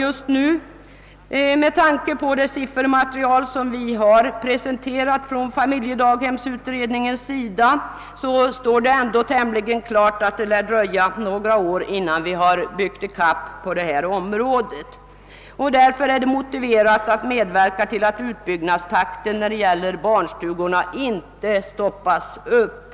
Mot bakgrunden av det siffermaterial vi presenterat i familjedaghemsutredningen är det emellertid tämligen klart att det lär dröja några år innan vi har byggt ikapp behovet på detta område. Därför är det nödvändigt att medverka till att utbyggnadstakten för barnstugorna inte stoppas upp.